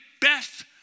best